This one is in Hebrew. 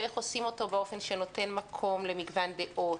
ואיך עושים אותו באופן שנותן מקום למגוון דעות.